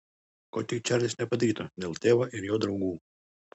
ko tik čarlis nepadarytų dėl tėvo ir jo draugų